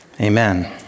Amen